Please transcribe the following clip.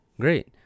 Great